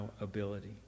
ability